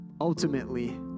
Ultimately